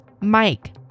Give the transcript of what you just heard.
Mike